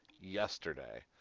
yesterday